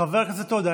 חבר הכנסת עודה,